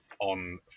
on